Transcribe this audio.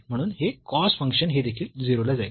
म्हणून हे cos function हे देखील 0 ला जाईल